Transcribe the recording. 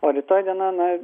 o rytoj diena na